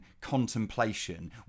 contemplation